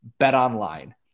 BetOnline